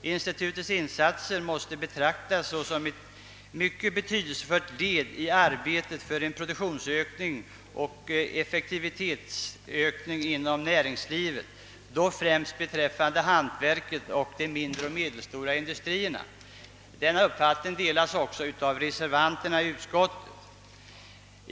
Institutets insatser måste betraktas såsom ett mycket betydelsefullt led i arbetet för en produktionsökning och effektivisering inom näringslivet, då främst beträffande hantverket och de mindre och medelstora industrierna. Denna uppfattning biträdes av reservanterna i utskottet.